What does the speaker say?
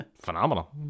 Phenomenal